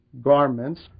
garments